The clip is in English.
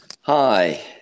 Hi